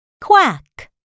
quack